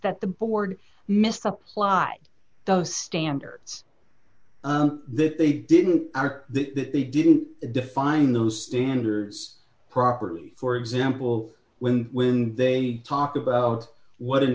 that the board misapplied those standards that they didn't are that they didn't define those standards properly for example when when they talk about what an